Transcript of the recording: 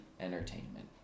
Entertainment